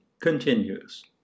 continues